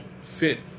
fit